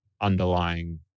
underlying